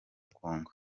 kongo